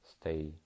Stay